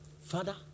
Father